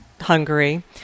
Hungary